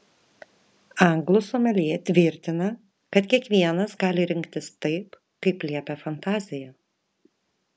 anglų someljė tvirtina kad kiekvienas gali rinktis taip kaip liepia fantazija